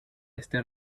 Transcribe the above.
este